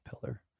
pillar